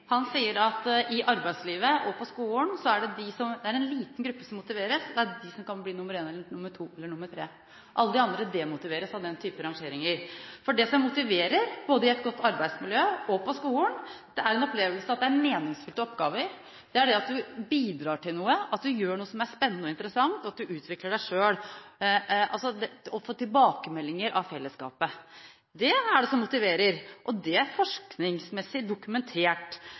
Han sier at i arbeidslivet og på skolen er det en liten gruppe som motiveres – det er de som kan bli nr. 1, nr. 2 eller nr. 3 – alle de andre demotiveres av den typen rangeringer. Det som motiverer, både i et godt arbeidsmiljø og på skolen, er en opplevelse av at det er meningsfylte oppgaver, det er det at man bidrar til noe, at man gjør noe som er spennende og interessant, at man utvikler seg selv, og at man får tilbakemeldinger av fellesskapet – det er det som motiverer. Det er forskningsmessig dokumentert.